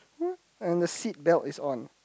and the seatbelt is on